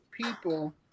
people